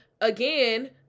again